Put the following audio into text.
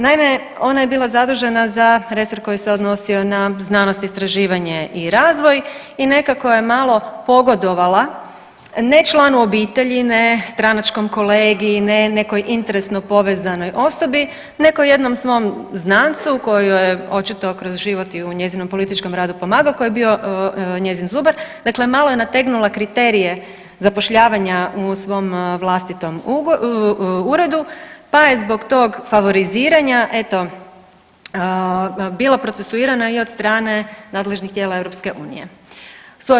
Naime, ona je bila zadužena za resor koji se odnosio na znanost, istraživanje i razvoj i nekako je malo pogodovala, ne članu obitelji, ne stranačkom kolegi, ne nekoj interesno povezanoj osobi, nego jednom svom znancu koji joj je očito kroz život i u njezinom političkom radu pomagao, koji je bio njezin zubar, dakle malo je nategnula kriterije zapošljavanja u svom vlastitom uredu, pa je zbog tog favoriziranja eto bila procesuirana i od strane nadležnih tijela Europske unije.